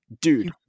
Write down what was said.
dude